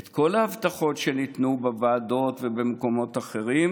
ואת כל ההבטחות שניתנו בוועדות ובמקומות אחרים,